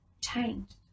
changed